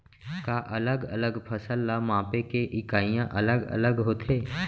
का अलग अलग फसल ला मापे के इकाइयां अलग अलग होथे?